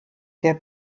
der